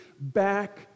back